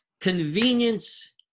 Convenience